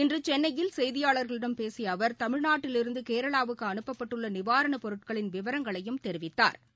இன்றுசென்னையில் செய்தியாளர்களிடம் பேசியஅவர் திமிழ்நாட்டிலிருந்துகேரளாவுக்கு அனுப்பப்பட்டுள்ளநிவாரணபொருட்களின் விவரங்களையும் தெரிவித்தாா்